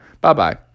Bye-bye